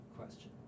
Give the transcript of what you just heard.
question